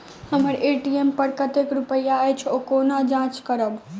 हम्मर ए.टी.एम पर कतेक रुपया अछि, ओ कोना जाँच करबै?